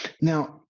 now